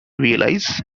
realise